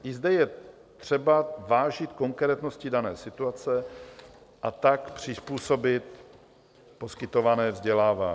I zde je třeba vážit konkrétnosti dané situace a tak přizpůsobit poskytované vzdělávání.